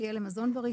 שיהיו למזון בריא,